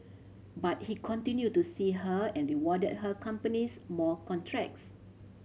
but he continued to see her and rewarded her companies more contracts